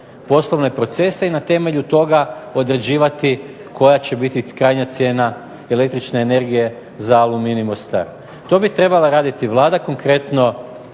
poslovne procese i na temelju toga određivati koja će biti krajnja cijena električne energije za Aluminij Mostar. To bi trebala raditi Vlada, konkretno